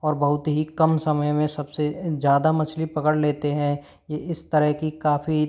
और बहुत ही कम समय में सब से ज़्यादा मछली पकड़ लेते हैं इस तरह की काफ़ी